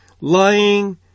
lying